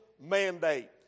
mandate